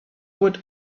would